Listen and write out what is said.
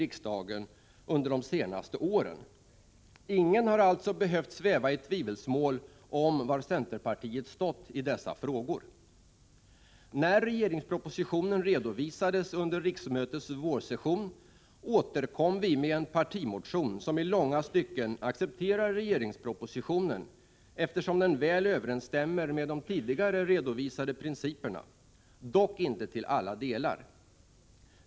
Ingen har alltså behövt sväva i tvivelsmål om var centerpartiet stått i dessa frågor. När regeringspropositionen redovisades under riksmötets vårsession återkom vi med en partimotionen, som i långa stycken accepterar regeringspropositionen, eftersom den väl överensstämmer med de tidigare redovisade principerna — dock inte till alla delar.